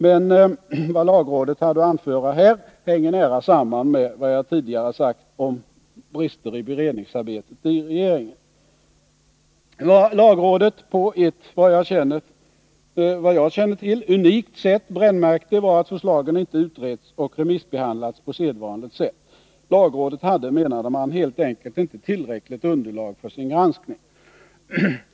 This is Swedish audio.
Men vad lagrådet hade att anföra här hänger nära samman med vad jag tidigare sagt om brister i beredningsarbetet i regeringen. Vad lagrådet, på ett vad jag känner till unikt sätt, brännmärkte, var att förslagen inte utretts och remissbehandlats på sedvanligt sätt. Lagrådet hade, menade man, helt enkelt inte tillräckligt underlag för sin granskning.